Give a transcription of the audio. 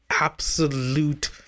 absolute